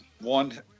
one